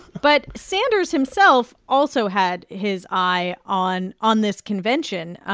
but sanders himself also had his eye on on this convention,